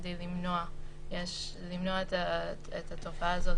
כדי למנוע את התופעה הזאת,